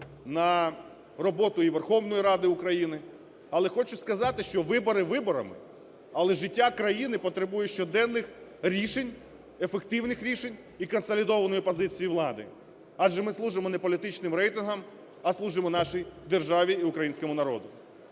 на роботу і Верховної Ради України, але хочу сказати, що вибори виборами, але життя країни потребує щоденних рішень, ефективних рішень і консолідованої позиції влади, адже ми служимо не політичним рейтингам, а служимо нашій державі і українському народу.